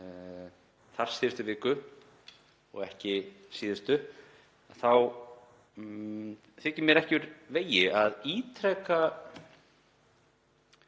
þarsíðustu viku en ekki í síðustu viku, þá þykir mér ekki úr vegi að ítreka